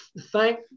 thank